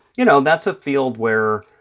you know, that's a field where,